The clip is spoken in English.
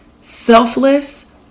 selfless